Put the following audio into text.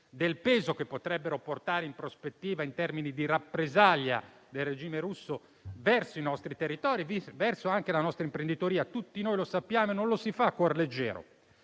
del peso che potrebbero portare in prospettiva, in termini di rappresaglia del regime russo verso i nostri territori e la nostra imprenditoria. Tutti noi lo sappiamo e non lo si fa a cuor leggero.